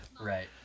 Right